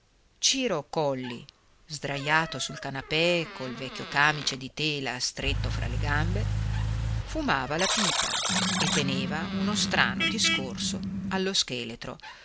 ciro colli sdrajato sul canapè col vecchio camice di tela stretto alle gambe fumava la pipa e teneva uno strano discorso allo scheletro